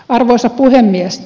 arvoisa puhemies